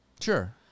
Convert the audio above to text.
Sure